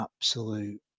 absolute